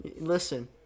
listen